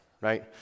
right